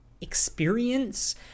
experience